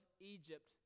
Egypt